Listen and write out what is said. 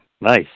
Nice